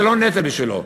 זה לא נטל בשבילו.